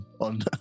on